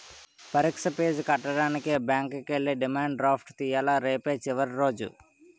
పరీక్ష ఫీజు కట్టడానికి బ్యాంకుకి ఎల్లి డిమాండ్ డ్రాఫ్ట్ తియ్యాల రేపే చివరి రోజు